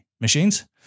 machines